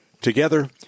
Together